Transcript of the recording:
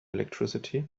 electricity